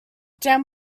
down